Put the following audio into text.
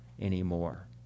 anymore